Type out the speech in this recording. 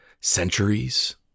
Centuries